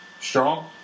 Strong